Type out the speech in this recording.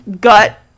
gut